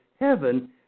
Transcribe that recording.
heaven